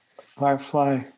firefly